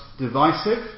divisive